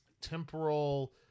temporal